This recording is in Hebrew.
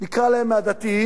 נקרא להם "מהדתיים",